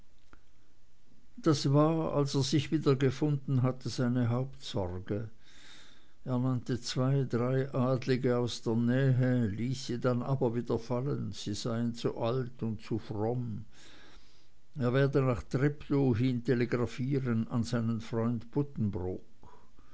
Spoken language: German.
das war als er sich wieder gefunden hatte seine hauptsorge er nannte zwei drei adlige aus der nähe ließ sie dann aber wieder fallen sie seien zu alt und zu fromm er werde nach treptow hin telegrafieren an seinen freund